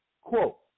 Quote